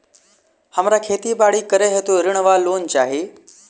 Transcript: हमरा खेती बाड़ी करै हेतु ऋण वा लोन चाहि?